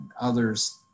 others